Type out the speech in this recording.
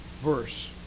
verse